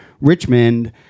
Richmond